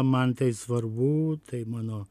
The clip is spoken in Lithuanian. man tai svarbu tai mano